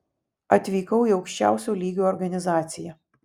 atvykau į aukščiausio lygio organizaciją